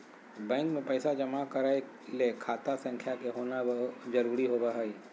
bank मे पैसा जमा करय ले खाता संख्या के होना जरुरी होबय हई